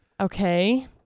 Okay